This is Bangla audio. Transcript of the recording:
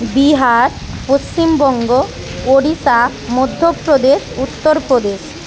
বিহার পশ্চিমবঙ্গ ওড়িশা মধ্যপ্রদেশ উত্তরপ্রদেশ